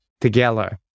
together